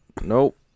Nope